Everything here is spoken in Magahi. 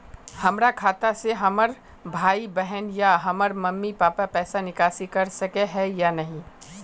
हमरा खाता से हमर भाई बहन या हमर मम्मी पापा पैसा निकासी कर सके है या नहीं?